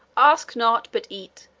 ask not, but eat,